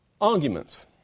Arguments